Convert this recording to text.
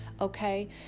okay